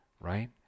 right